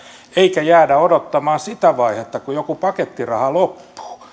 eikä jäädä odottamaan sitä vaihetta kun jokin pakettiraha loppuu